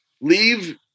leave